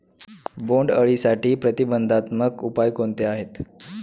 बोंडअळीसाठी प्रतिबंधात्मक उपाय कोणते आहेत?